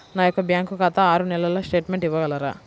నా యొక్క బ్యాంకు ఖాతా ఆరు నెలల స్టేట్మెంట్ ఇవ్వగలరా?